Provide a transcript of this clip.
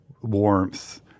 warmth